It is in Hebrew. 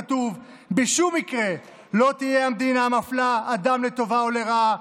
כתוב: "בשום מקרה לא תהא המדינה מפלה אדם לטובה או לרעה,